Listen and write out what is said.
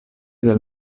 del